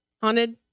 haunted